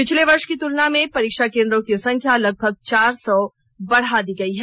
पिछले वर्ष की तुलना में परीक्षा केंद्रों की संख्या लगभग चार सौ बढ़ा दी गई है